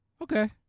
Okay